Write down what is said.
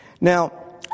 Now